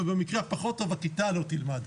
ובמקרה הפחות טוב הכיתה לא תלמד.